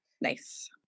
nice